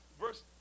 Verse